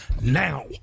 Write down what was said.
now